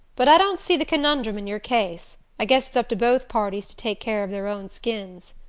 but i don't see the conundrum in your case, i guess it's up to both parties to take care of their own skins.